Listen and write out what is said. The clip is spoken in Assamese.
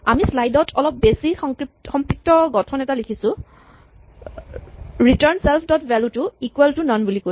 আমি শ্লাইড ত অলপ বেছি সংপিক্ত গঠন এটা লিখিছোঁ ৰিটাৰ্ন চেল্ফ ডট ভ্যেলু টো ইকুৱেল টু নন বুলি কৈ